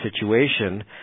situation